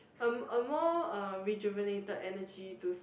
um a more uh rejuvenated energy to